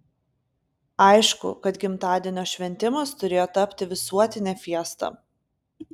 aišku kad gimtadienio šventimas turėjo tapti visuotine fiesta